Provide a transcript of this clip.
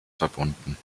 verbunden